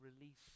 release